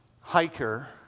hiker